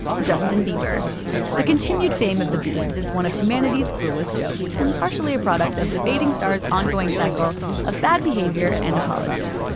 justin bieber the continued fame of the biebs is one of humanity's cruelest jokes, and partially a product of the fading star's ongoing cycle of bad behavior and apologies.